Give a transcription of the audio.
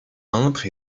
entre